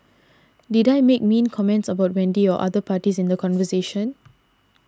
did I make mean comments about Wendy or other parties in the conversation